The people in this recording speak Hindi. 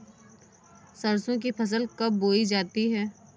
सरसों की फसल कब बोई जाती है?